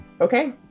Okay